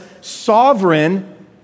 sovereign